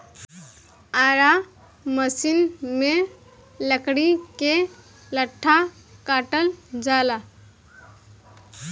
Ara machine में लकड़ी के लट्ठा काटल जाला